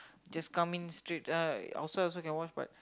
just come in straight uh outside also can watch but